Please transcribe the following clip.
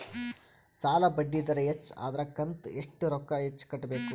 ಸಾಲಾ ಬಡ್ಡಿ ದರ ಹೆಚ್ಚ ಆದ್ರ ಕಂತ ಎಷ್ಟ ರೊಕ್ಕ ಹೆಚ್ಚ ಕಟ್ಟಬೇಕು?